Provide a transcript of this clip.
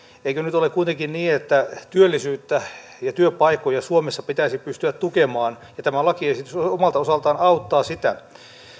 eikö nyt ole kuitenkin niin että työllisyyttä ja työpaikkoja suomessa pitäisi pystyä tukemaan ja tämä lakiesitys omalta osaltaan auttaa sitä